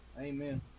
Amen